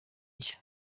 gishya